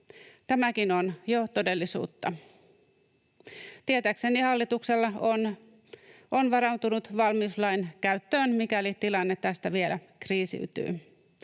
Tämäkin on jo todellisuutta. Tietääkseni hallitus on varautunut valmiuslain käyttöön, mikäli tilanne tästä vielä kriisiytyy.